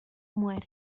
muere